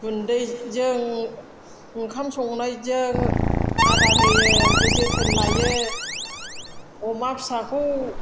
गुन्दैजों ओंखाम संनायजों आदार होयो ओमफ्राय जोथोन लायो अमा फिसाखौ